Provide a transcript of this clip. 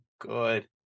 good